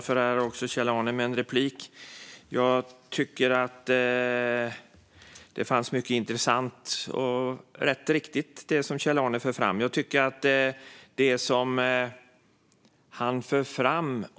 Fru talman! Det fanns mycket intressant, rätt och riktigt i det som Kjell-Arne förde fram.